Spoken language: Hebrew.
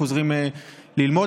חוזרים ללמוד.